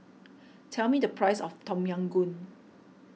tell me the price of Tom Yam Goong